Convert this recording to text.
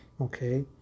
Okay